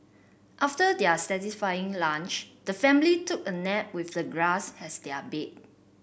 after their satisfying lunch the family took a nap with the grass as their bed